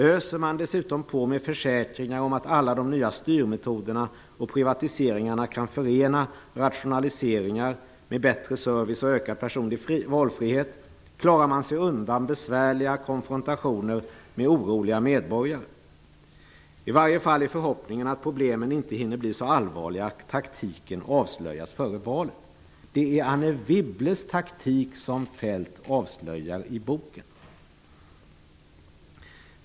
Öser man dessutom på med försäkringar om att alla de nya styrmetoderna och privatiseringarna kan förena rationaliseringar med bättre service och ökad personlig valfrihet, klarar man sig undan besvärliga konfrontationer med oroliga medborgare. I varje fall är förhoppningen att problemen inte hinner bli så allvarliga att taktiken avslöjas före valet.'' Det är Anne Wibbles taktik som Kjell-Olof Feldt avslöjar i boken.